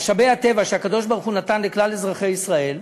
משאבי הטבע שהקדוש-ברוך-הוא נתן לכלל אזרחי ישראל,